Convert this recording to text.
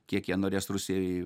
kiek jie norės rusijai